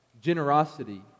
generosity